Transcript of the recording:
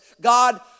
God